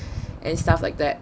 and stuff like that